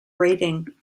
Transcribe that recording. rating